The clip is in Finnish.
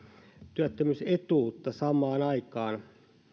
työttömyysetuutta samaan aikaan